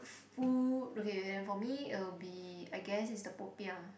food okay then for me it'll be I guess it's the popiah